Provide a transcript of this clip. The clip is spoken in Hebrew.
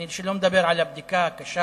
אני לא מדבר על הבדיקה הקשה